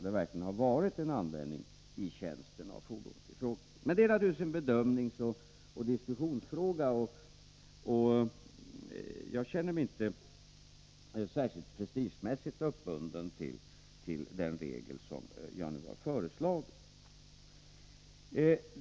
Det skall alltså vara en verklig användning av fordonet i tjänsten. Detta är naturligtvis en bedömningsoch diskussionsfråga. Jag känner mig prestigemässigt inte särskilt uppbunden till den regel som jag nu föreslagit.